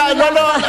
לא, לא.